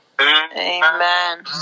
Amen